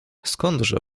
skądże